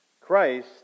Christ